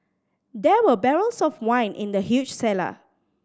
there were barrels of wine in the huge cellar